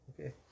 Okay